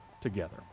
together